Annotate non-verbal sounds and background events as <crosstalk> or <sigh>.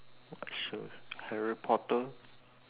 <unintelligible> Harry-Potter